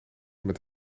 met